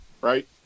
right